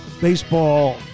baseball